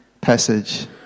passage